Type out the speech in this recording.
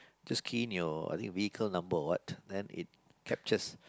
just key in your I think vehicle number or what then it captures